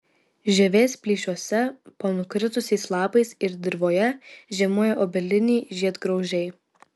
žievės plyšiuose po nukritusiais lapais ir dirvoje žiemoja obeliniai žiedgraužiai